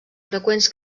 freqüents